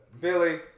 Billy